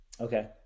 Okay